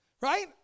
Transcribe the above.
right